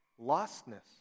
lostness